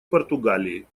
португалии